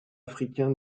africain